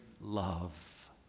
love